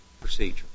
procedure